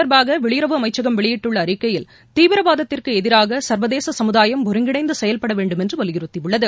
தொடர்பாகவெளியுறவு அமைச்சகம் வெளியிட்டுள்ளஅறிக்கையில் இத தீவிரவாதத்துக்குஎதிராகசா்வதேசசமுதாயம் ஒருங்கிணைந்துசெயல்படவேண்டுமென்றுவலியுறுத்தியுள்ளது